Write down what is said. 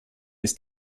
ist